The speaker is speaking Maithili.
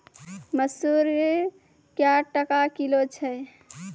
मसूर क्या टका किलो छ?